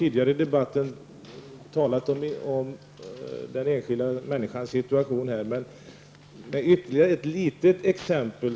Tidigare i debatten har det talats om den enskilda människans situation. Jag skall ta ytterligare ett litet exempel.